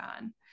on